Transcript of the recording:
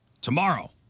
Tomorrow